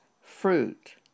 fruit